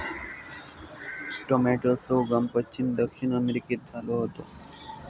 टॉमेटोचो उगम पश्चिम दक्षिण अमेरिकेत झालो होतो